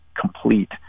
complete